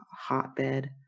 hotbed